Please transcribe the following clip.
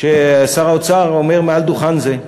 ששר האוצר אומר מעל דוכן זה.